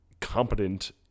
competent